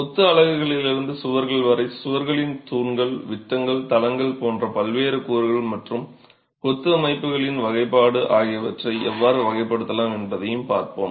கொத்து அலகுகளிலிருந்து சுவர்கள் வரை சுவர்களின் தூண்கள் விட்டங்கள் தளங்கள் போன்ற பல்வேறு கூறுகள் மற்றும் கொத்து அமைப்புகளின் வகைப்பாடு ஆகியவற்றை எவ்வாறு வகைப்படுத்தலாம் என்பதையும் பார்ப்போம்